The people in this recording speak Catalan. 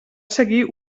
seguir